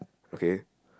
okay